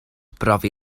brofi